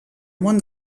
món